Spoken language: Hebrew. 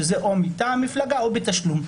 שזה או מטעם מפלגה או בתשלום.